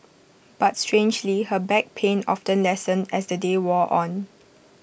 but strangely her back pain often lessened as the day wore on